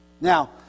Now